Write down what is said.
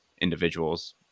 individuals